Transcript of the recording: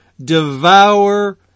devour